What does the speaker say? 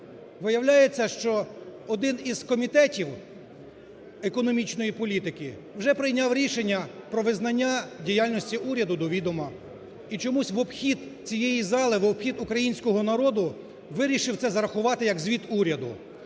Виявляється, що один із комітетів, економічної політики, вже прийняв рішення про визнання діяльності уряду до відома і чомусь в обхід цієї зали, в обхід українського народу вирішив це зарахувати як звіт уряду.